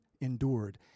endured